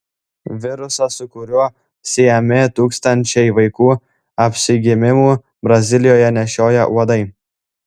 virusą su kuriuo siejami tūkstančiai vaikų apsigimimų brazilijoje nešioja uodai